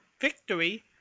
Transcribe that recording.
victory